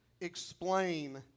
explain